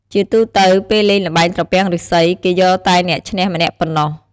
ជាទូទៅ ពេលលេងល្បែងត្រពាំងឬុស្សី គេយកតែអ្នកឈ្នះម្នាក់ប៉ុណ្ណោះ។